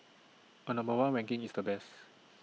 A number one ranking is the best